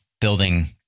building